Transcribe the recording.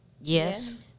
Yes